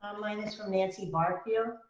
mine is from nancy barfield.